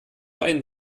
einen